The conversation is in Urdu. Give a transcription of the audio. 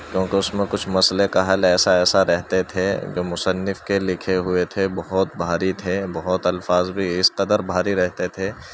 کیونکہ اس میں کچھ مسئلے کا حل ایسا ایسا رہتے تھے جو مصنف کے لکھے ہوئے تھے بہت بھاری تھے بہت الفاظ بھی اس قدر بھاری رہتے تھے